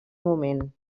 moment